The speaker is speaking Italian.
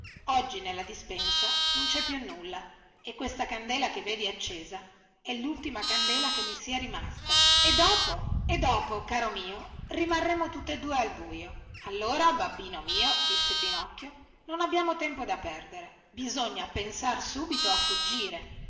oggi nella dispensa non cè più nulla e questa candela che vedi accesa è lultima candela che mi sia rimasta e dopo e dopo caro mio rimarremo tutte due al buio allora babbino mio disse pinocchio non cè tempo da perdere bisogna pensar subito a fuggire